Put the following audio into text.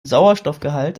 sauerstoffgehalt